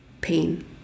pain